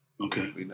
okay